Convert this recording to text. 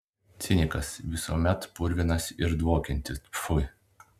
cinikas visuomet purvinas ir dvokiantis pfui